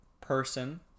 person